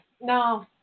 No